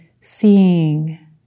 seeing